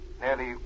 Nearly